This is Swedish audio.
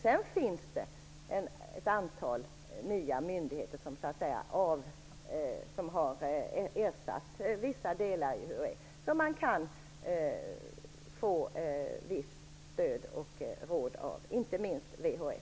Sedan finns det ett antal nya myndigheter som har ersatt vissa delar av UHÄ och där man kan få visst stöd och råd, t.ex. VHS.